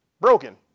broken